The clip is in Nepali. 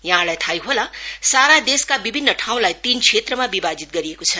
यहाँहरूलाई थाहै होला सारा देशका विभिन्न ठाउँलाई तीन क्षेत्रमा विभाजित गरिएको छ